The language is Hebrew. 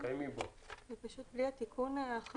זה בלי התיקון האחרון.